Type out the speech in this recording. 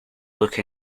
look